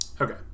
Okay